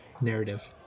narrative